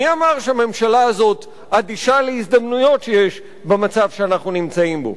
מי אמר שהממשלה הזאת אדישה להזדמנויות שיש במצב שאנחנו נמצאים בו?